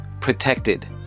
protected